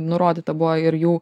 nurodyta buvo ir jų